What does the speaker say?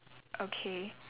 okay